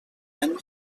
any